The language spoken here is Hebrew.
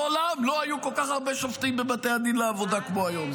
מעולם לא היו כל כך הרבה שופטים בבתי הדין לעבודה כמו היום.